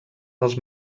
dels